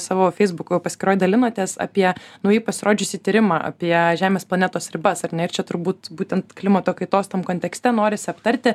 savo feisbuko paskyroj dalinotės apie naujai pasirodžiusį tyrimą apie žemės planetos ribas ar ne ir čia turbūt būtent klimato kaitos tam kontekste norisi aptarti